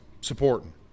supporting